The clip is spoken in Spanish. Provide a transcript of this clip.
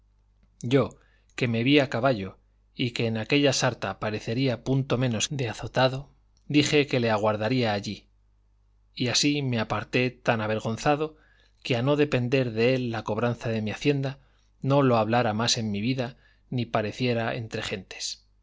yo que me vi a caballo y que en aquella sarta parecería punto menos de azotado dije que le aguardaría allí y así me aparté tan avergonzado que a no depender de él la cobranza de mi hacienda no lo hablara más en mi vida ni pareciera entre gentes